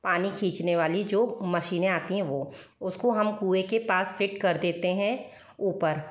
पानी खींचने वाली जो मशीने आती हैं वो उसको हम कुएं के पास फ़िट कर देते हैं ऊपर